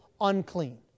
unclean